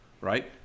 right